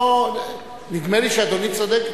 נדמה לי שאדוני צודק.